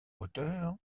hauteur